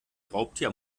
raubtier